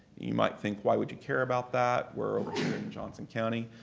you might think why would you care about that, we're over here in johnson county?